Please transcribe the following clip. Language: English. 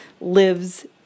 lives